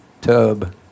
tub